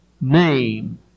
name